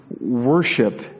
worship